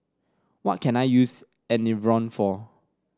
what can I use Enervon for